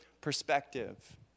perspective